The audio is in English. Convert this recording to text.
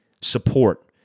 support